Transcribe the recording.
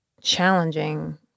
challenging